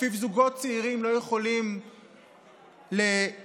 שבו זוגות צעירים לא יכולים להתחתן,